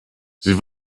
sie